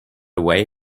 away